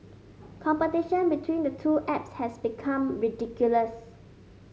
competition between the two apps has become ridiculous